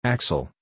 Axel